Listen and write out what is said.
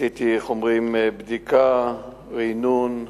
עשיתי בדיקה, רענון,